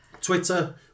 twitter